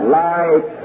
light